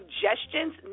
suggestions